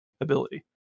ability